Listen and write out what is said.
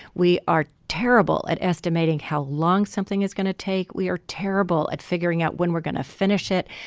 we are terrible at estimating how long something is going to take. we are terrible at figuring out when we're gonna finish it.